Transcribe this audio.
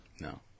No